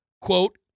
quote